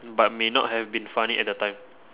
but may not have been funny at the time